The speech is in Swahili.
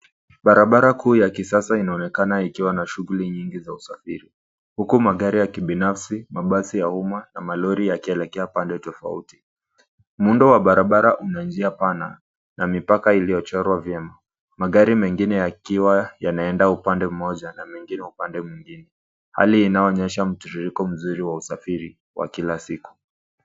Barabara kuu ya kisasa inaonekana ikiwa na shuguli nyingi za usafiri. Huku magari ya kibinafsi, mabasi ya umma na malori yakielekea pande tofauti. Muendo wa barabara una njia pana na mipaka iliyochorwa vyema. Magari mengine yakiwa yanaenda upande mmoja na mengine upande mwingine. Hali inayoonyesha mtiririko mzuri wa usafiri wa kila siku.